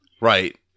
Right